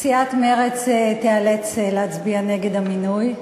סיעת מרצ תיאלץ להצביע נגד המינוי,